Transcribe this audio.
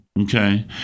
Okay